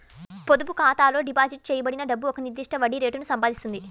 పొదుపు ఖాతాలో డిపాజిట్ చేయబడిన డబ్బు ఒక నిర్దిష్ట వడ్డీ రేటును సంపాదిస్తుంది